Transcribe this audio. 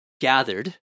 gathered